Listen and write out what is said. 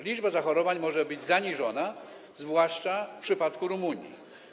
Liczba zachorowań może być zaniżona, zwłaszcza w przypadku Rumunii.